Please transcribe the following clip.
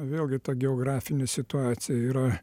vėlgi ta geografinė situacija yra